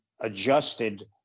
adjusted